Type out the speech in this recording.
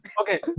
Okay